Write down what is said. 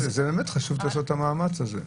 זה באמת חשוב לעשות את המאמץ הזה.